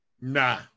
Nah